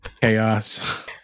chaos